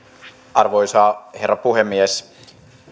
arvoisa herra puhemies